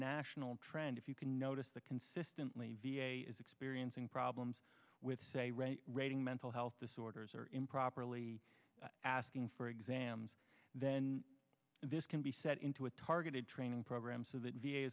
national trend if you can notice the consistently v a is experiencing problems with say red rating mental health disorders or improperly asking for exams then this can be set into a targeted training program so that v